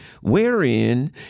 wherein